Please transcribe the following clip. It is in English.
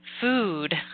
food